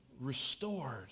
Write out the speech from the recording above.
Restored